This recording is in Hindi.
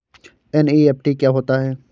एन.ई.एफ.टी क्या होता है?